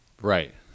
Right